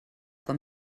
com